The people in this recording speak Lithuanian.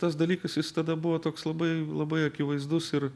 tas dalykas jis tada buvo toks labai labai akivaizdus ir